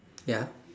ya